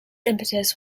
impetus